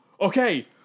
okay